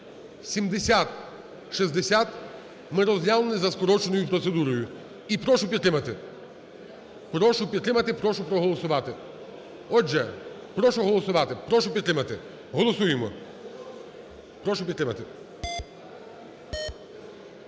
7060 ми розглянули за скороченою процедурою. І прошу підтримати. Прошу підтримати, прошу проголосувати. Отже, прошу голосувати, прошу підтримати. Голосуємо. Прошу підтримати.